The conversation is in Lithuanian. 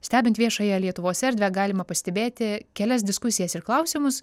stebint viešąją lietuvos erdvę galima pastebėti kelias diskusijas ir klausimus